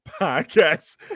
podcast